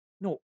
no